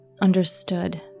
understood